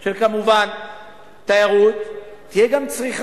של תיירות, של כמובן תיירות, תהיה גם צריכה.